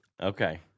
Okay